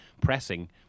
pressing